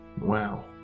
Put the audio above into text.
Wow